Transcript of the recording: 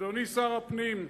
אדוני שר הפנים,